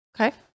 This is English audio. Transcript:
Okay